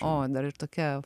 o dar ir tokia